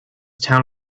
town